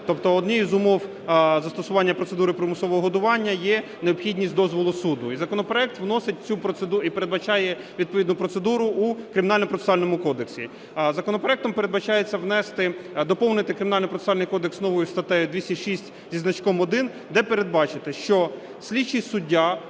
Тобто однією з умов застосування процедури примусового годування є необхідність дозволу суду, і законопроект передбачає відповідну процедуру у Кримінально-процесуальному кодексі. Законопроектом передбачається внести, доповнити Кримінально-процесуальний кодекс новою статтею 206 зі значком 1, де передбачити що слідчий суддя,